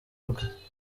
rwe